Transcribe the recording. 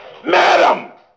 Madam